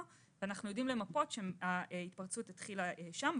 ואנחנו יודעים למפות שההתפרצות התחילה שם.